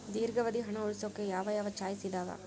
ದೇರ್ಘಾವಧಿ ಹಣ ಉಳಿಸೋಕೆ ಯಾವ ಯಾವ ಚಾಯ್ಸ್ ಇದಾವ?